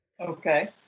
Okay